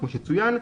כמו שצוין.